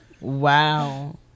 Wow